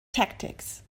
tactics